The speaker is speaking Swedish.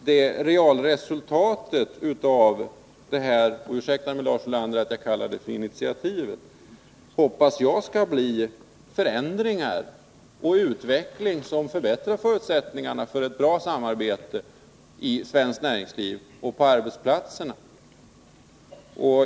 Det reella resultatet av detta initiativ — ursäkta, Lars Ulander, att jag kallar det så — hoppas jag skall bli förändringar och en utveckling som förbättrar förutsättningarna för ett bra samarbete i svenskt näringsliv och på arbetsplatserna.